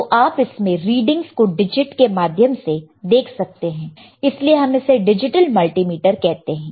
तो आप इसमें रीडिंगस को डिजिट के माध्यम से देख सकते हैं इसलिए हम इसे डिजिटल मल्टीमीटर कहते हैं